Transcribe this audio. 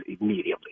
immediately